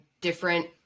different